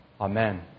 Amen